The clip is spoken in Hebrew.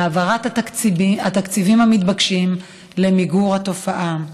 בהעברת התקציבים המתבקשים למיגור התופעה.